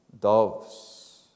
doves